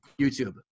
youtube